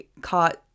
caught